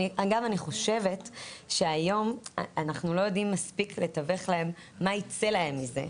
אגב אני חושבת שהיום אנחנו לא יודעים מספיק לתווך להם מה ייצא להם מזה,